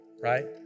right